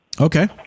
Okay